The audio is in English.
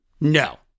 No